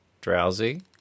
drowsy